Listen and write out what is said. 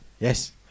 Yes